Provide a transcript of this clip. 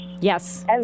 Yes